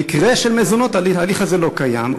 במקרה של מזונות ההליך הזה לא קיים,